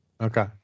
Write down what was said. Okay